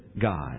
God